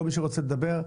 כל מי שרוצה לדבר,